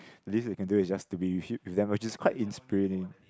this you can do it it just to be with them which is quite inspiriting